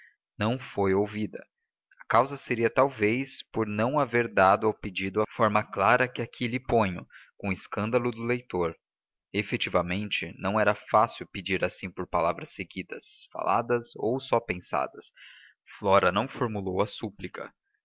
não foi ouvida a causa seria talvez por não haver dado ao pedido a forma clara que aqui lhe ponho com escândalo do leitor efetivamente não era fácil pedir assim por palavras seguidas faladas ou só pensadas flora não formulou a súplica